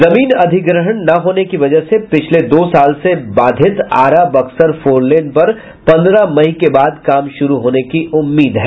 जमीन अधिग्रहण न होने की बजह से पिछले दो साल से बाधित आरा बक्सर फोरलेन पर पंद्रह मई के बाद काम शुरू होने की उम्मीद है